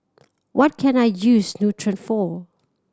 what can I use Nutren for